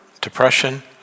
depression